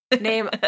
Name